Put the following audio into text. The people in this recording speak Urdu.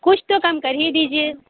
کچھ تو کم کر ہی دیجیے